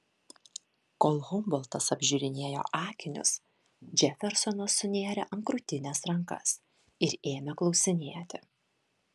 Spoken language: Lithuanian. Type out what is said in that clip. kol humboltas apžiūrinėjo akinius džefersonas sunėrė ant krūtinės rankas ir ėmė klausinėti